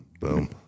boom